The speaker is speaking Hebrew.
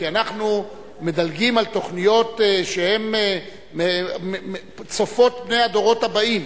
כי אנחנו מדלגים על תוכניות שצופות פני הדורות הבאים,